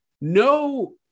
no